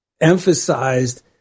emphasized